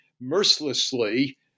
mercilessly